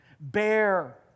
Bear